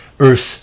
Earth